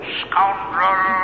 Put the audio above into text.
scoundrel